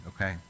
okay